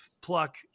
pluck